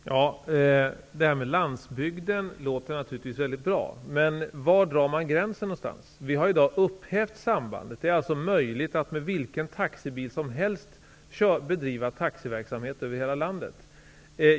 Fru talman! Det här med landsbygden låter naturligtvis väldigt bra. Men var drar man gränsen? Vi har i dag upphävt sambandet. Det är alltså möjligt att med vilken taxibil som helst bedriva taxiverksamhet över hela landet.